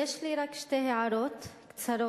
יש לי רק שתי הערות קצרות.